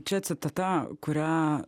čia citata kurią